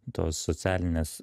tos socialinės